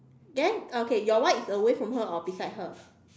then okay your one is away from her or beside her